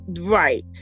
right